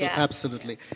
yeah absolutely.